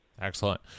Excellent